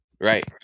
right